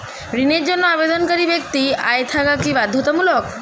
ঋণের জন্য আবেদনকারী ব্যক্তি আয় থাকা কি বাধ্যতামূলক?